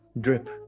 drip